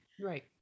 right